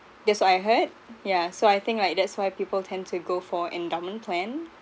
that's what I heard yeah so I think like that's why people tend to go for endowment plan